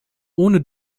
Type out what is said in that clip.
ohne